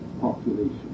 population